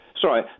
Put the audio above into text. Sorry